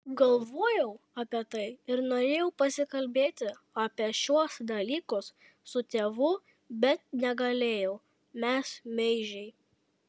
galvojau apie tai ir norėjau pasikalbėti apie šiuos dalykus su tėvu bet negalėjau mes meižiai